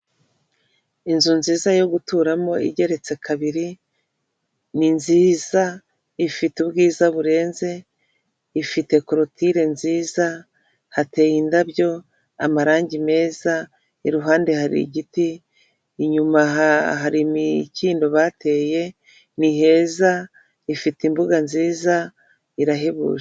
Inzu nziza yo guturamo igeretse kabiri. Ni nziza, ifite ubwiza burenze, ifite korotire nziza, hateye indabyo, amarangi meza. Iruhande hari igiti, inyuma hari imikindo bateye, ni heza, ifite imbuga nziza irahebuje.